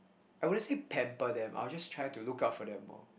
I wouldn't say pamper them I will just try to look out for them more